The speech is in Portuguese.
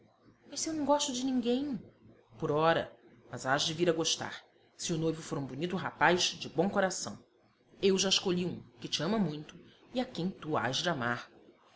se eu não gosto de ninguém por ora mas hás de vir a gostar se o noivo for um bonito rapaz de bom coração eu já escolhi um que te ama muito e a quem tu hás de amar